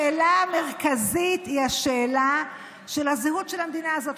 השאלה המרכזית היא השאלה של הזהות של המדינה הזאת.